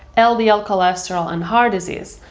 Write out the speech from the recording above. um ldl cholesterol and heart disease,